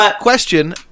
Question